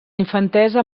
infantesa